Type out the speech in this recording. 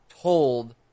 told